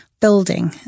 building